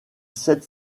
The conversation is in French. cède